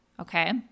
Okay